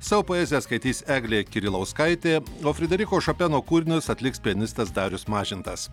savo poeziją skaitys eglė kirilauskaitė o frederiko šopeno kūrinius atliks pianistas darius mažintas